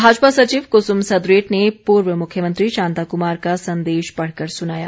भाजपा सचिव कुसुम सदरेट ने पूर्व मुख्यमंत्री शांताकुमार का संदेश पढ़कर सुनाया